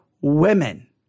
women